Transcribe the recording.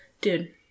Dude